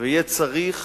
ויהיה צריך